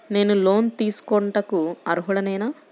నేను లోన్ తీసుకొనుటకు అర్హుడనేన?